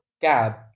cab